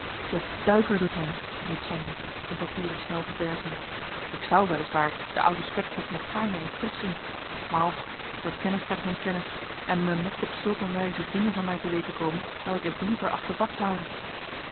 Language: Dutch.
de duiker doet hij riep sander zijn papieren snel verbergende ik zou wel is waar den ouden pekbroek nog gaarne eens terugzien maar och door kennis krijgt men kennis en men mocht op zulk een wijze dingen van mij te weten komen welke ik liever achterbaks houde